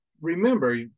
Remember